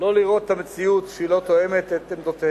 לא לראות את המציאות כשהיא לא תואמת את עמדותיהם.